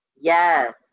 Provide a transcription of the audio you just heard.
Yes